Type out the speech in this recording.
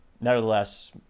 Nevertheless